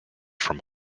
from